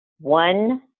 one